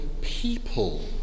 people